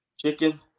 chicken